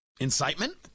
incitement